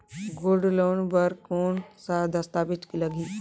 Gold loan बर कौन का दस्तावेज लगही?